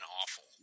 awful